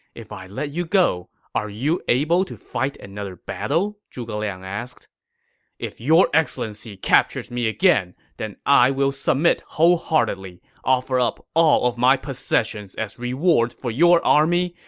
if i let you go again, are you able to fight another battle? zhuge liang asked if your excellency captures me again, then i will submit wholeheartedly, offer up all of my possessions as reward for your army,